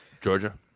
Georgia